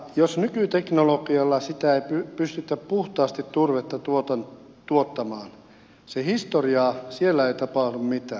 jos nykyteknologialla ei pystytä puhtaasti turvetta tuottamaan siellä historiassa ei tapahdu mitään